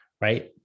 right